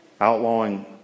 outlawing